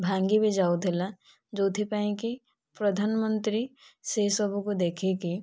ଭାଙ୍ଗି ବି ଯାଉଥିଲା ଯେଉଁଥି ପାଇଁ କି ପ୍ରଧାନମନ୍ତ୍ରୀ ସେହିସବୁ କୁ ଦେଖିକି